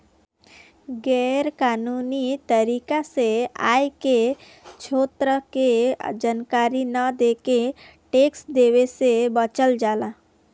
गैर कानूनी तरीका से आय के स्रोत के जानकारी न देके टैक्स देवे से बचल जाला